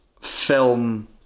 film